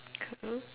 cool